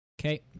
Okay